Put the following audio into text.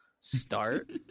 start